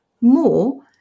more